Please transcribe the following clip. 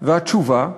והתשובה: